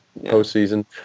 postseason